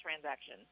transaction